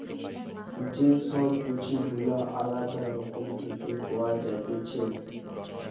যে সব পুঁজি গুলা আলদা রকম থেকে পাওয়া যাইতেছে